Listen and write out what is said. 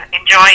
enjoy